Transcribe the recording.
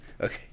okay